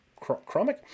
Chromic